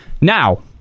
Now